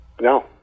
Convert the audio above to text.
No